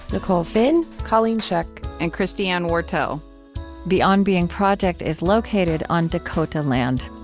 nicole finn, colleen scheck, and christiane wartell the on being project is located on dakota land.